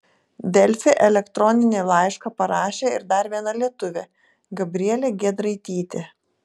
delfi elektroninį laišką parašė ir dar viena lietuvė gabrielė giedraitytė